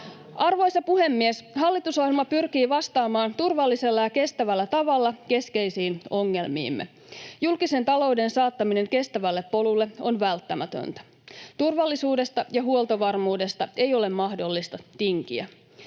Arvoisa puhemies! Hallitusohjelma pyrkii vastaamaan turvallisella ja kestävällä tavalla keskeisiin ongelmiimme. Julkisen talouden saattaminen kestävälle polulle on välttämätöntä. Turvallisuudesta ja huoltovarmuudesta ei ole mahdollista tinkiä.